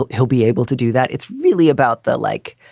ah he'll be able to do that. it's really about the like.